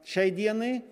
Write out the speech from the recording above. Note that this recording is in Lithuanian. šiai dienai